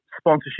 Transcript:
sponsorship